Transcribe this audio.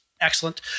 Excellent